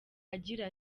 agira